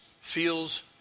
feels